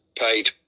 paid